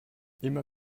immer